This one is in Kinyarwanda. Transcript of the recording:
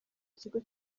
ikigo